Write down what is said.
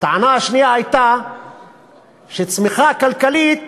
הטענה השנייה הייתה שצמיחה כלכלית